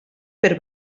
per